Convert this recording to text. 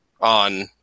on